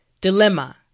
Dilemma